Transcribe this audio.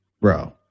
bro